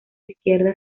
izquierda